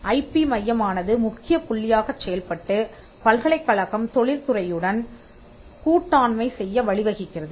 IP மையமானது முக்கிய புள்ளியாகச் செயல்பட்டு பல்கலைக்கழகம் தொழில் துறையுடன் கூட்டாண்மை செய்ய வழிவகுக்கிறது